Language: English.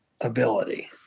ability